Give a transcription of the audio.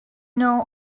know